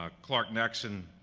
ah clark nexsom